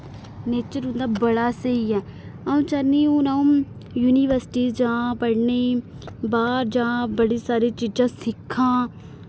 nature उं'दा बड़ा स्हेई ऐ अ'ऊं चाह्न्नी हून अ'ऊं युनिवर्सिटी जां पढ़ने ई बाह्र जां बड़ी सारी चीजां सिक्खां